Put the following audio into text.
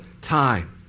time